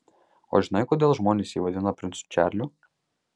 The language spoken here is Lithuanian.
o žinai kodėl žmonės jį vadino princu čarliu